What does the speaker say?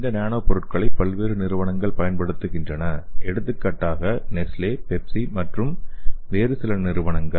இந்த நானோ பொருள்களை பல்வேறு நிறுவனங்கள் பயன்படுத்துகின்றன எடுத்துக்காட்டாக நெஸ்லே பெப்சி மற்றும் வேறு சில நிறுவனங்கள்